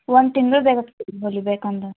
ಒಂದು ತಿಂಗ್ಳು ಬೇಕಾಗ್ತದೆ ಹೋಲಿಬೇಕಂದ್ರೆ